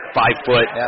five-foot